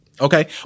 Okay